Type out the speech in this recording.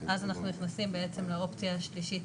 אז אנחנו נכנסים בעצם לאופציה השלישית.